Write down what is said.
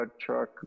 truck